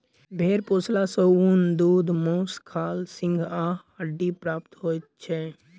भेंड़ पोसला सॅ ऊन, दूध, मौंस, खाल, सींग आ हड्डी प्राप्त होइत छै